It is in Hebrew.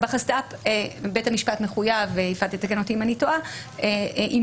בחסד"פ בית המשפט מחויב יפעת תתקן אותי אם אני טועה לזכות את הנאשם,